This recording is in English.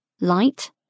Light